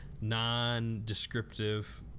non-descriptive